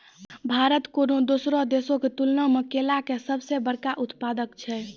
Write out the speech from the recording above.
भारत कोनो दोसरो देशो के तुलना मे केला के सभ से बड़का उत्पादक छै